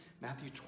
Matthew